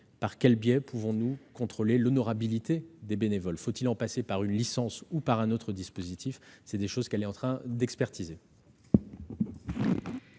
par quel biais pouvons-nous contrôler l'honorabilité des bénévoles ? Faut-il en passer par une licence ou un autre dispositif ? La ministre est en train d'expertiser